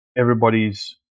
everybody's